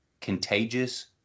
contagious